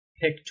pick